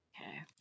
Okay